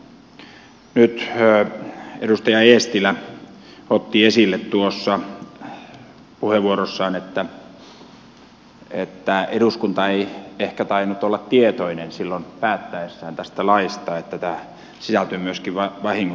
nyt edustaja eestilä otti esille puheenvuorossaan että eduskunta ei ehkä tainnut olla tietoinen päättäessään silloin tästä laista että tähän sisältyy myöskin vahingonkorvausvastuu